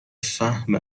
فهم